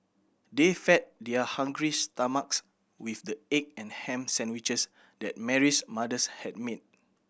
they fed their hungry stomachs with the egg and ham sandwiches that Mary's mothers had made